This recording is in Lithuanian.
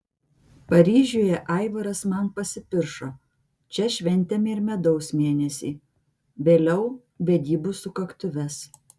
paryžiuje aivaras man pasipiršo čia šventėme ir medaus mėnesį vėliau vedybų sukaktuves